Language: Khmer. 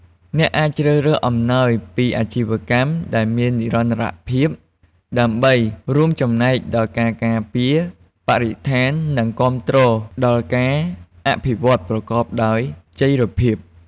អ្នកអាចជ្រើសរើសអំណោយពីអាជីវកម្មដែលមាននិរន្តរភាព ដើម្បីរួមចំណែកដល់ការការពារបរិស្ថាន និងគាំទ្រដល់ការអភិវឌ្ឍប្រកបដោយចីរភាព។